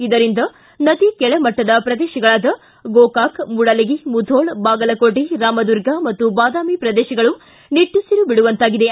ಇದರಿಂದ ನದಿ ಕೆಳಮಟ್ಟದ ಪ್ರದೇಶಗಳಾದ ಗೋಕಾಕ ಮೂಡಲಗಿ ಮುಧೋಳ ಬಾಗಲಕೋಟೆ ರಾಮದುರ್ಗ ಮತ್ತು ಬಾದಾಮಿ ಪ್ರದೇಶಗಳು ನಿಟ್ಟುಸಿರು ಬಿಡುವಂತಾಗಿದೆ